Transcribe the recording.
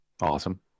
Awesome